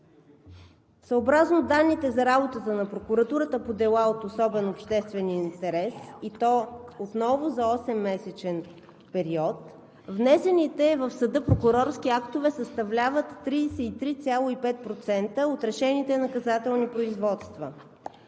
съобразно данните за работата на прокуратурата по делата от особен обществен интерес, и то за осеммесечен период, внесените в съда прокурорски актове съставляват 33,5% от решените наказателни производства.